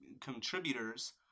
contributors